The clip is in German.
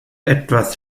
etwas